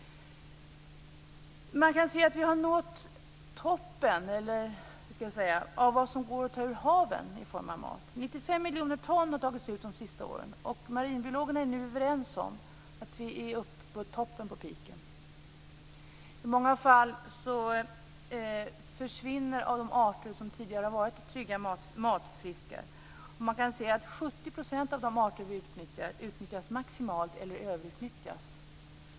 Man kan säga att vi har nått toppen av vad som går att ta ur haven i form av mat. 95 miljoner ton har tagits ut de sista åren, och marinbiologerna är nu överens om att vi är uppe på toppen på piken. I många fall försvinner nu de arter som tidigare har varit trygga matfiskar, och man kan se att 70 % av de arter vi utnyttjar utnyttjas maximalt eller överutnyttjas.